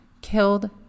killed